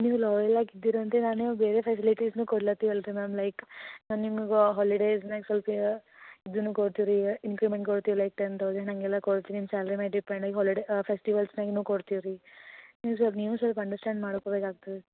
ನೀವು ಲಾಯಲ್ ಆಗಿ ಇದ್ದೀರ ಅಂದರೆ ನಾನು ಬೇರೆ ಫೆಸಿಲಿಟಿಸನ್ನು ಕೊಡ್ಲಾತೀವಿ ಅಲ್ಲ ರೀ ಮ್ಯಾಮ್ ಲೈಕ್ ನಾ ನಿಮ್ಗೆ ಹಾಲಿಡೇಸಿನಾಗೆ ಸ್ವಲ್ಪ ಇದನ್ನು ಕೊಟ್ಟೀವಿ ರೀ ಇನ್ಕ್ರಿಮೆಂಟ್ ಕೊಡ್ತೀವಿ ಲೈಕ್ ಟೆನ್ ತೌಸಂಡ್ ಹಂಗೆಲ್ಲಾ ಕೊಡ್ತೀವಿ ನಿಮ್ಮ ಸ್ಯಾಲ್ರಿ ಮ್ಯಾಲೆ ಡಿಪೆಂಡ್ ಈಗ ಹಾಲಿಡೇ ಫೆಸ್ಟಿವಲ್ಸ್ ಟೈಮ್ ಕೊಡ್ತೀವಿ ರೀ ನೀವು ಸ್ವಲ್ಪ ನೀವು ಸ್ವಲ್ಪ ಅಂಡರ್ಸ್ಟಾಂಡ್ ಮಾಡ್ಕೋಬೇಕು ಆಗ್ತದೆ